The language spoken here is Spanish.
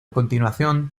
continuación